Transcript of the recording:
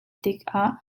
tikah